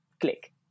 Click